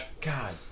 God